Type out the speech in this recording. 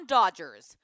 Dodgers